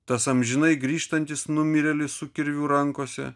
tas amžinai grįžtantis numirėlis su kirviu rankose